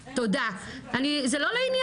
תדברי.